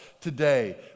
today